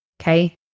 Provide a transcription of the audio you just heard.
okay